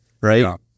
right